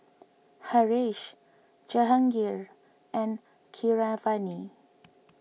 Haresh Jehangirr and Keeravani